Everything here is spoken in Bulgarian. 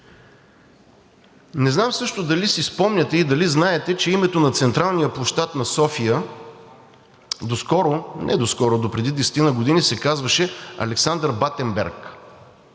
Не знам също дали си спомняте и дали знаете, че името на Централния площад на София доскоро, не доскоро – допреди 10 години, се казваше „Александър Батенберг“.